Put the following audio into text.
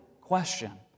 question